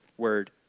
word